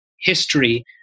history